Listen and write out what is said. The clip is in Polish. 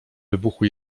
wybuchu